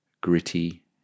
gritty